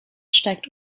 steigt